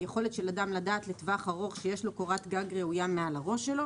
היכולת של אדם לדעת לטווח ארוך שיש לו קורת גג ראויה מעל הראש שלו.